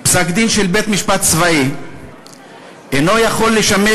פסק-דין של בית-משפט צבאי אינו יכול לשמש